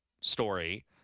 story